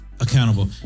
Accountable